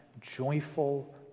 joyful